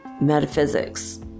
metaphysics